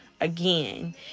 again